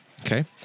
Okay